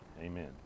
amen